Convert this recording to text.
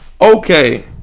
Okay